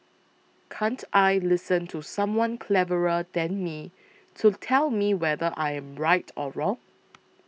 can't I listen to someone cleverer than me to tell me whether I am right or wrong